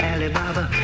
Alibaba